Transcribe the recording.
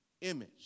image